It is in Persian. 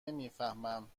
نمیفهمم